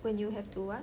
when you have to what